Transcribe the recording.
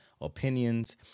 opinions